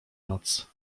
noc